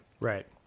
Right